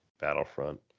Battlefront